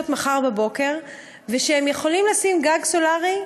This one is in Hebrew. מחר בבוקר: הם יכולים לשים גג סולרי,